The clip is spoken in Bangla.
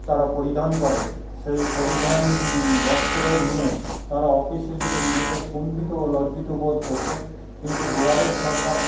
তারা পরিধান করে সেই পরিধান বস্ত্র নিয়ে তারা অফিসে যেতে নিজেদের কুণ্ঠিত ও লজ্জিত বোধ করত কিন্তু দুয়ারে সরকার